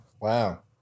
Wow